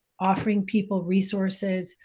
offering people resources,